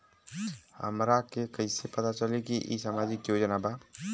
हमरा के कइसे पता चलेगा की इ सामाजिक योजना बा?